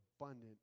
abundant